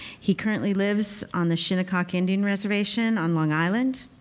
he currently lives on the shinnecock indian reservation on long island.